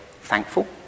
thankful